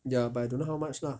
ya but I don't know how much lah